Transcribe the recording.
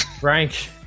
Frank